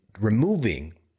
removing